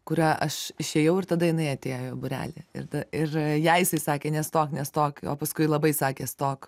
kurią aš išėjau ir tada jinai atėjo į būrelį ir ir jai jisai sakė nestok nestok o paskui labai sakė stok